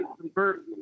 convert